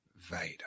Vader